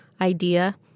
idea